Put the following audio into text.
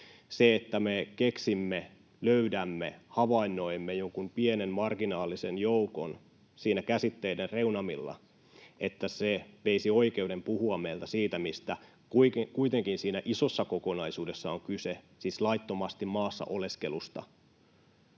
se, että me keksimme, löydämme tai havainnoimme jonkun pienen marginaalisen joukon siinä käsitteiden reunamilla, veisi meiltä oikeuden puhua siitä, mistä kuitenkin siinä isossa kokonaisuudessa on kyse, siis laittomasti maassa oleskelusta.